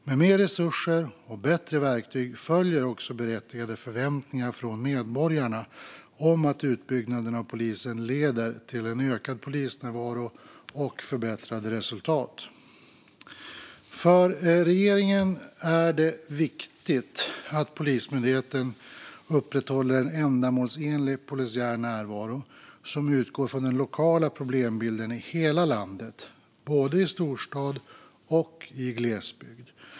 Med mer resurser och bättre verktyg följer också berättigade förväntningar från medborgarna om att utbyggnaden av polisen leder till ökad polisnärvaro och förbättrade resultat. För regeringen är det viktigt att Polismyndigheten upprätthåller en ändamålsenlig polisiär närvaro som utgår från den lokala problembilden i hela landet, både i storstad och i glesbygd.